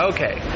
Okay